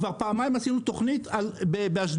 כבר פעמיים עשינו תוכנית באשדוד.